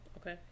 okay